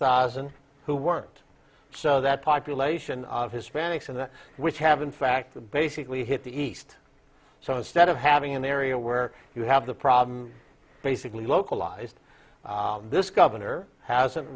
thousand who weren't so that population of hispanics and which have in fact basically hit the east so instead of having an area where you have the problem basically localized this governor hasn't